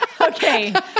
Okay